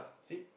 see